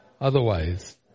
otherwise